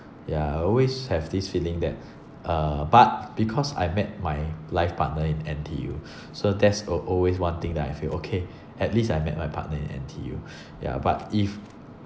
ya I always have this feeling that uh but because I met my life partner in N_T_U so that's a always one thing that I feel okay at least I met my partner in N_T_U ya but if